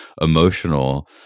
emotional